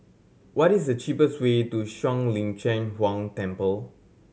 what is the cheapest way to Shuang Lin Cheng Huang Temple